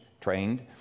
trained